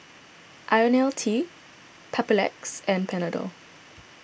Ionil T Papulex and Panadol